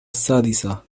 السادسة